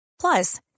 Plus